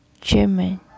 German